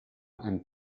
and